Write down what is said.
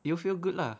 you'll feel good lah